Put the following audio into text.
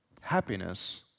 happiness